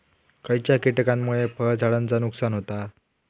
खयच्या किटकांमुळे फळझाडांचा नुकसान होता?